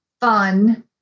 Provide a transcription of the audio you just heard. fun